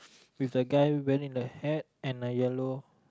with the guy wearing the hat and a yellow